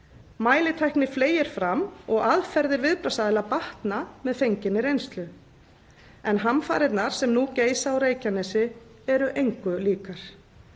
Mælitækni fleygir fram og aðferðir viðbragðsaðila batna með fenginni reynslu. En hamfarirnar sem nú geisa á Reykjanesi eru engu líkar